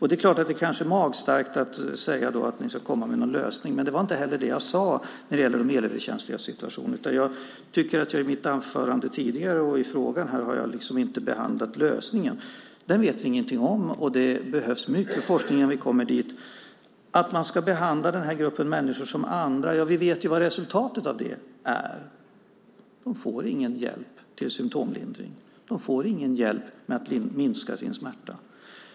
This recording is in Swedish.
Det är klart att det kan vara magstarkt att säga att ni ska komma med en lösning. Men det var inte vad jag sade när det gäller de elöverkänsligas situation. Jag tycker att jag i mitt anförande här tidigare liksom inte har behandlat lösningen i frågan. Den vet vi ingenting om. Det behövs mycket forskning innan vi kommer dit. Det sades här att den här gruppen av människor ska behandlas som andra. Ja, vi vet vad resultatet av det är. De får ingen hjälp med symtomlindring. De får ingen hjälp med att minska sin smärta.